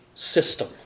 System